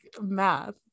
math